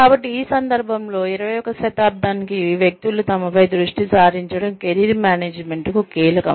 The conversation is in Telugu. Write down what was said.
కాబట్టి ఈ సందర్భంలో 21 వ శతాబ్దానికి వ్యక్తులు తమపై దృష్టి సారించడం కెరీర్ మేనేజ్మెంట్కు కీలకం